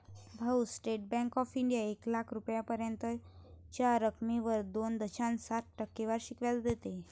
भाऊ, State Bank of India एक लाख रुपयांपर्यंतच्या रकमेवर दोन दशांश सात टक्के वार्षिक व्याज देते